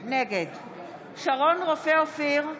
נגד שרון רופא אופיר,